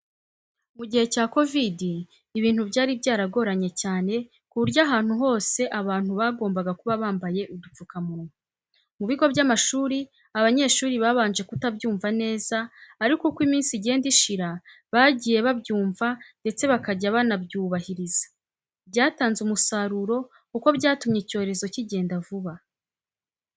Mu gihe cya kovidi ibintu byari byaragoranye cyane ku buryo ahantu hose abantu bagombaga kuba bambaye udupfukamunwa. Mu bigo by'amashuri abanyeshuri babanje kutabyumva neza ariko uko iminsi igenda ishira bagiye babyumva ndetse bakajya banabyubahiriza. Byatanze umusaruro kuko byatumye icyorezo kigenda vuba.